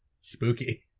spooky